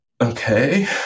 okay